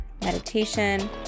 meditation